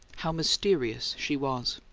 how mysterious, she was.